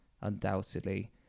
undoubtedly